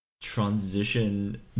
transition